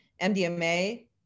MDMA